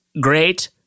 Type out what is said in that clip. great